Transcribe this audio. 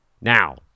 Now